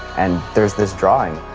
and there's this drawing.